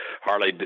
Harley